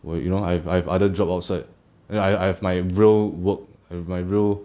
我有 you know I've I've other job outside then I I have my real work my real